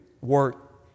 work